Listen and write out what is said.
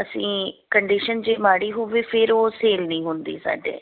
ਅਸੀਂ ਕੰਡੀਸ਼ਨ ਜੇ ਮਾੜੀ ਹੋਵੇ ਫਿਰ ਉਹ ਸੇਲ ਨਹੀਂ ਹੁੰਦੀ ਸਾਡੇ